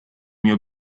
mio